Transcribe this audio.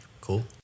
Cool